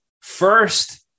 First